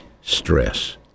stress